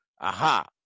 Aha